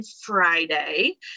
Friday